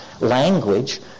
language